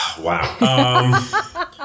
Wow